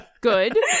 Good